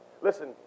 Listen